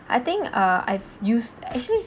I think uh I've used actually